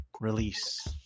release